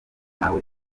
nawe